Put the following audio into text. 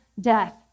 death